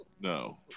no